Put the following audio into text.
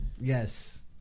yes